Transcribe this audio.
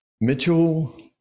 Mitchell